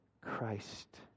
Christ